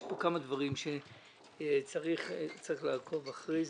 יש פה כמה דברים שצריך לעקוב אחריהם.